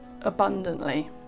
abundantly